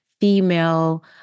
female